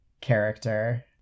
character